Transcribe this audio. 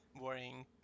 worrying